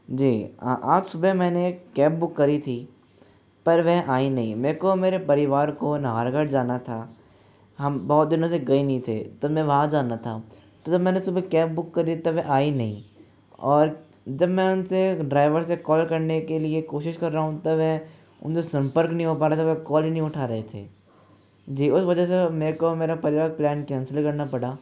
जी आज सुबह मैंने कैब बुक करी थी पर वह आई नहीं मेरे को मेरे परिवार को नहरगढ़ जाना था हम बहुत दिनों से गये नहीं थे तो हमें वहां जाना था तो जब मैंने सुबह कैब बुक करी तो वह आई नहीं और जब मैं उनसे ड्राइवर से कॉल करने के लिए कोशिश कर रहा हूँ तो वह उनसे संपर्क नहीं हो पा रहा था या वह कॉल नहीं उठा रहे थे जी उस वजह से मेरे को मेरा परिवार प्लान कैंसिल करना पड़ा